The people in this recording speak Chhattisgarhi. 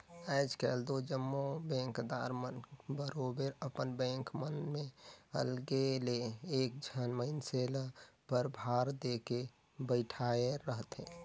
आएज काएल दो जम्मो बेंकदार मन बरोबेर अपन बेंक मन में अलगे ले एक झन मइनसे ल परभार देके बइठाएर रहथे